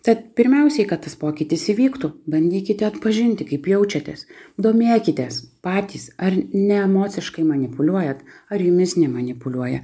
tad pirmiausiai kad tas pokytis įvyktų bandykite atpažinti kaip jaučiatės domėkitės patys ar ne emociškai manipuliuojat ar jumis nemanipuliuoja